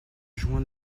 joindre